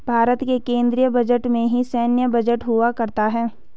भारत के केन्द्रीय बजट में ही सैन्य बजट हुआ करता है